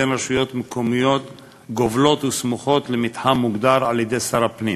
בין רשויות מקומיות גובלות וסמוכות למתחם מוגדר על-ידי שר הפנים,